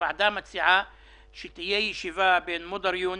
במקביל הוועדה ממליצה ומבקשת שתהיה ישיבה בין מודר יונס,